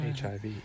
HIV